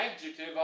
adjective